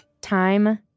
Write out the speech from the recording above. Time